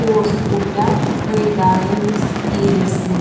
ūlos upe baidarėmis yrėsi